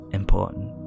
important